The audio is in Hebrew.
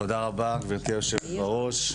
תודה רבה, גברתי היושבת-ראש.